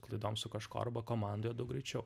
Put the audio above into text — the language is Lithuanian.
klaidom su kažkuo arba komandoje daug greičiau